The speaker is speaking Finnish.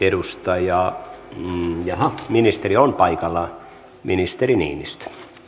edustaja iin ja ministeri on paikalla ministerinimistä